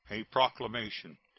a proclamation.